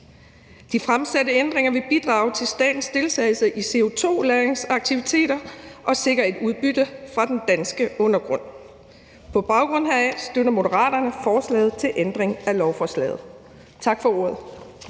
De fremsatte ændringer vil bidrage til statens deltagelse i CO2-lagringsaktiviteter og sikre et udbytte fra den danske undergrund. På baggrund heraf støtter Moderaterne forslaget til ændring af lovforslaget. Tak for ordet.